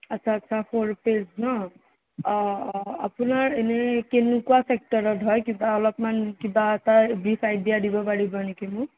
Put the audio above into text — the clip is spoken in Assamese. আচ্ছা আচ্ছা সৰু পেইজ ন আপোনাৰ এনেই কেনেকুৱা চেক্টৰডত হয় কিবা অলপমান কিবা এটা ব্ৰিফ আইডিয়া দিব পাৰিব নেকি মোক